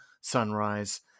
sunrise